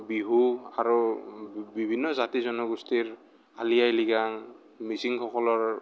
বিহু আৰু বিভিন্ন জাতি জনগোষ্ঠীৰ আলি আই লৃগাং মিচিংসকলৰ